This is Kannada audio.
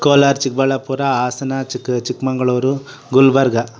ಕೋಲಾರ ಚಿಕ್ಕಬಳ್ಳಾಪುರ ಹಾಸನ ಚಿಕ್ಕ ಚಿಕ್ಕಮಗಳೂರು ಗುಲ್ಬರ್ಗಾ